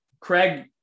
Craig